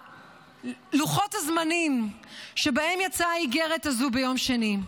ולוחות הזמנים שבהם יצאה האיגרת הזאת ביום שני,